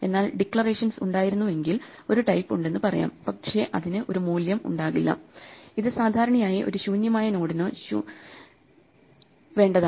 എന്നാൽ ഡിക്ലറേഷൻസ് ഉണ്ടായിരുന്നു എങ്കിൽ ഒരു ടൈപ്പ് ഉണ്ടെന്നു പറയാം പക്ഷെ അതിനു ഒരു മൂല്യം ഉണ്ടാകില്ല ഇത് സാധാരണയായി ഒരു ശൂന്യമായ നോഡിനോ ശൂന്യമായ ട്രീക്കോ വേണ്ടതാണ്